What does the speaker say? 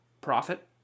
profit